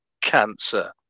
cancer